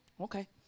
Okay